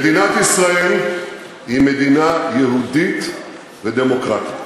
מדינת ישראל היא מדינה יהודית ודמוקרטית.